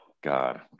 god